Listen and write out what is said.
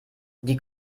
die